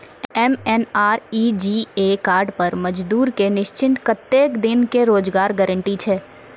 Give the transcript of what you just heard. MNREGA card पर मजदुर के निश्चित कत्तेक दिन के रोजगार गारंटी छै?